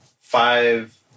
five